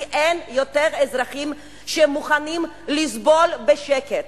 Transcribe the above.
כי אין יותר אזרחים שמוכנים לסבול בשקט.